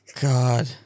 god